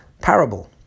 parable